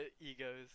egos